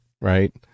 right